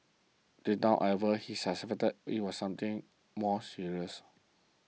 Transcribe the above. deep down however he suspected it was something more serious